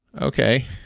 okay